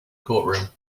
courtroom